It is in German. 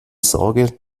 sorge